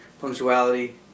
punctuality